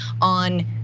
on